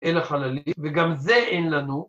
אל החללים. וגם זה אין לנו...